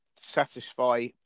satisfy